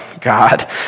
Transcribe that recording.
God